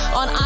on